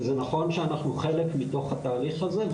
וזה נכון שאנחנו חלק מהתהליך הזה,